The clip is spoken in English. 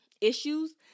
issues